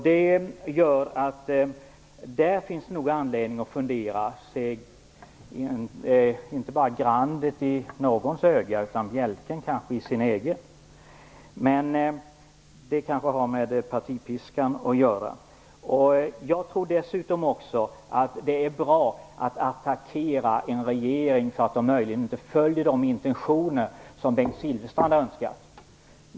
Det borde ge honom anledning att fundera, inte bara över grandet i någons öga utan kanske bjälken i hans eget. Men det kanske har med partipiskan att göra. Jag tror dessutom också att det är bra att attackera en regering för att den möjligen inte följer de intentioner som Bengt Silfverstrand önskat.